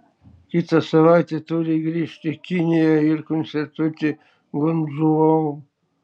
kitą savaitę turi grįžti į kiniją ir koncertuoti guangdžou